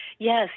Yes